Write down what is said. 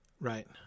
right